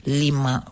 lima